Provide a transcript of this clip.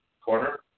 corner